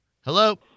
Hello